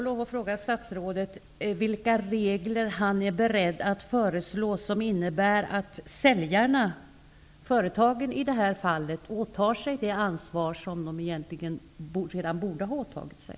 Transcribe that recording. Låt mig då fråga statsrådet vilka regler han är beredd att föreslå som innebär att säljarna, företagen i det här fallet, åtar sig det ansvar som de egentligen redan borde ha åtagit sig.